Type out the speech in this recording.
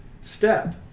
step